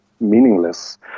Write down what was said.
meaningless